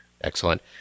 Excellent